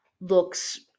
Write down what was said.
looks